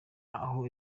aho